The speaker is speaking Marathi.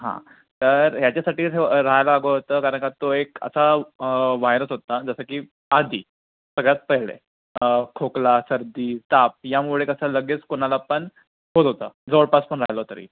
हां तर ह्याच्यासाठी राहिला गोत कारण का तो एक असा वायरस होता जसं की आधी सगळ्यात पहिले खोकला सर्दी ताप यामुळे कसं लगेच कोणाला पण होत होता जवळपास कोण राहिलं तरी